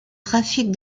trafic